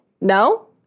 No